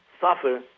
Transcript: suffer